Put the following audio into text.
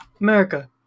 America